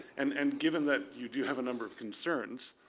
and and given that you do have a number of concerns,